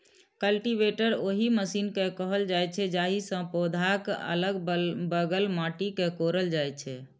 cultivator ओहि machine कें कहल जाइ छै, जाहि सं पौधाक अलग बगल माटि कें कोड़ल जाइ छै